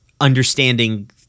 understanding